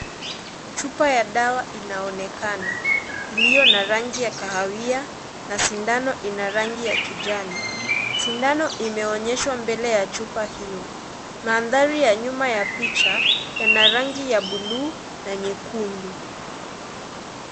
Chupa ya dawa inaonekana iliyo na rangi ya kahawia na sindano ina rangi ya kijani, sindano imeonyeshwa mbele ya chupa hiyo, mandhari ya nyuma ya picha yana rangi ya bulu na nyekundu.